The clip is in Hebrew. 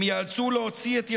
הם ייאלצו להוציא את ילדיהם,